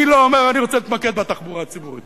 אני לא אומר, אני רוצה להתמקד בתחבורה הציבורית